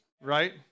Right